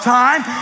time